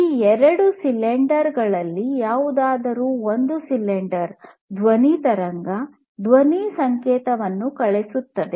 ಈ ಎರಡು ಸಿಲಿಂಡರ್ ಗಳಲ್ಲಿ ಯಾವುದಾದರೂ ಒಂದು ಸಿಲಿಂಡರ್ ಧ್ವನಿ ತರಂಗ ಧ್ವನಿ ಸಂಕೇತವನ್ನು ಕಳುಹಿಸುತ್ತದೆ